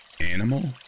Animal